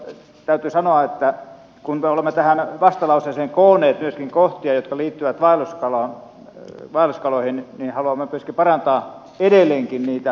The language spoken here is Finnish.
täytyy sanoa että kun me olemme tähän vastalauseeseen koonneet myöskin kohtia jotka liittyvät vaelluskaloihin niin haluamme myöskin parantaa edelleenkin niitä olosuhteita